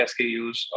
SKUs